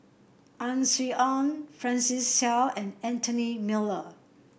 Ang Swee Aun Francis Seow and Anthony Miller